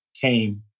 came